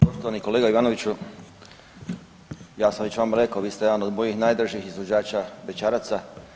Poštovani kolega Ivanoviću, ja sam vama već rekao vi ste jedan od mojih najdražih izvođača bećaraca.